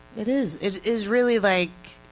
it is it is really like,